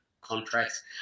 contracts